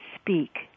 speak